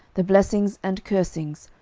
the blessings and cursings,